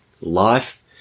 Life